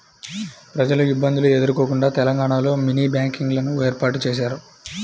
ప్రజలు ఇబ్బందులు ఎదుర్కోకుండా తెలంగాణలో మినీ బ్యాంకింగ్ లను ఏర్పాటు చేశారు